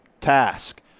task